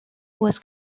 was